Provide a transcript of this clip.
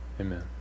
Amen